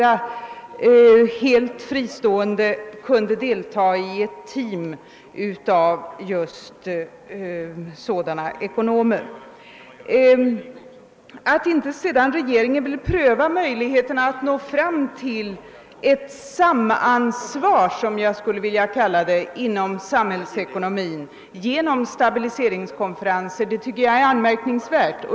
Att regeringen inte vill pröva möjligheten att nå fram till ett samansvar, som jag skulle vilja kalla det, för sam hällsekonomin genom stabiliseringskonferenser tycker jag är anmärkningsvärt.